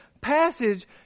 passage